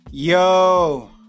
Yo